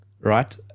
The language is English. right